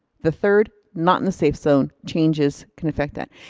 the third, not in the safe zone, changes can affect that.